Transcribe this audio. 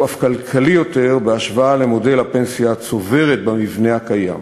המודל הזה אף כלכלי יותר בהשוואה למודל הפנסיה הצוברת במבנה הקיים.